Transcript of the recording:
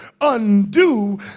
undo